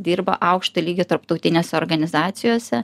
dirba aukšto lygio tarptautinėse organizacijose